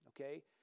okay